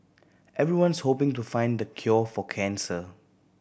everyone's hoping to find the cure for cancer